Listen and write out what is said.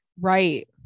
Right